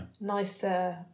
nicer